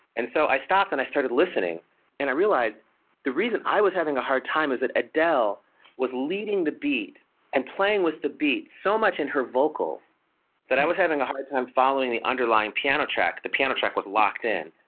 and so i stopped and i started listening and i realized the reason i was having a hard time was that adele was leading the beat and playing with the beat so much in her vocals that i was having a hard time following the underlying piano track. the piano track was locked in.